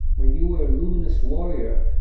when you were a luminous warrior,